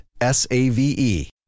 S-A-V-E